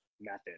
method